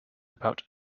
about